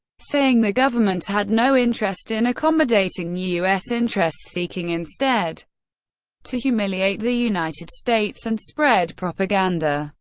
saying the government had no interest in accommodating u s. interests, seeking instead to humiliate the united states and spread propaganda.